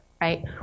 right